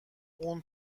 اون